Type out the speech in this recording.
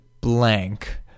blank